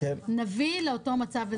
נביא לאותו מצב גם בענפים אחרים.